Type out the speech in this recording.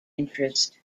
interest